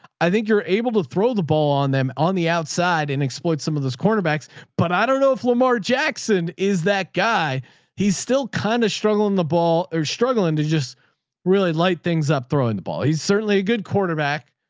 i think you're able to throw the ball on them on the outside and exploit some of those quarterbacks. but i don't know if lamar jackson is that guy he's still kind of struggling the ball or struggling to just really light things up, throwing the ball. he's certainly a good quarterback.